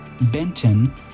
Benton